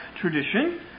tradition